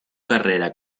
carrera